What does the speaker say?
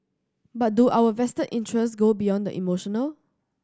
but do our vested interest go beyond the emotional